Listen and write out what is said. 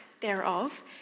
thereof